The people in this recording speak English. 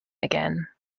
again